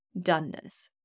doneness